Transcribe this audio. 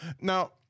now